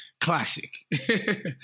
classic